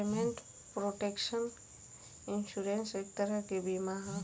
payment protection insurance एक तरह के बीमा ह